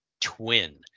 twin